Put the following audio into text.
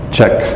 Check